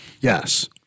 Yes